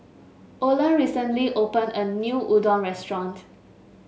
Olen recently open a new Udon Restaurant